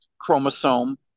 chromosome